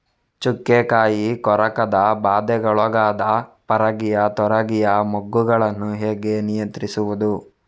ಚುಕ್ಕೆ ಕಾಯಿ ಕೊರಕದ ಬಾಧೆಗೊಳಗಾದ ಪಗರಿಯ ತೊಗರಿಯ ಮೊಗ್ಗುಗಳನ್ನು ಹೇಗೆ ನಿಯಂತ್ರಿಸುವುದು?